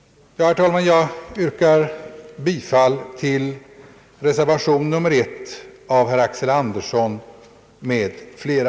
Herr talman! Jag yrkar bifall till reservationen av herr Axel Andersson m.fl.